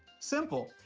simple.